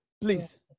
please